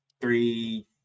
three